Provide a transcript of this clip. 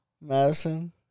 Madison